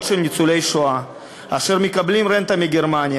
של ניצולי שואה אשר מקבלים רנטה מגרמניה.